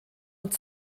und